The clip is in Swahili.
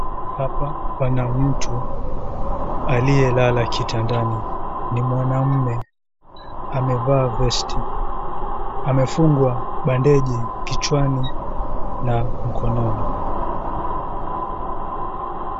Hapa pana mtu aliyelala kitandani, ni mwanaume aliyevaa vesti amefungwa bandeji kichwani na mkononi.